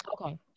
okay